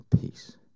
peace